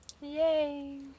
Yay